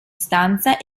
stanza